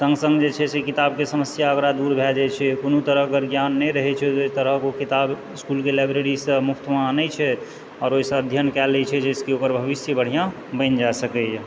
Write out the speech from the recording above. सङ्ग सङ्ग जे छै से किताबके समस्या ओकरा दूर भए जाइत छै कोनो तरहकेँ अगर ज्ञान नहि रहै छै ओहि तरहकेँ किताब इसकुलके लाइब्रेरीसँ मुफ्तमे आनै छै और ओहिसँ अध्ययन कए लै छै जाहिसँ कि ओकर भविष्य बढ़िआँ बनि जाए सकैए